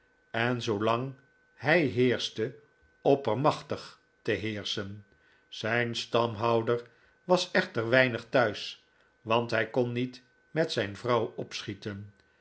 en zoolang hij heerschte oppermachtig te heerschen zijn stamhouder was echter weinig thuis want hij kon niet met zijn vrouw opschieten